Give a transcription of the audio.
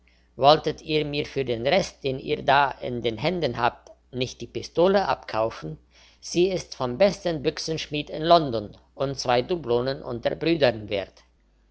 wolltet ihr mir für den rest den ihr da in den händen habt nicht die pistole abkaufen sie ist vom besten büchsenschmied in london und zwei dublonen unter brüdern wert